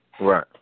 Right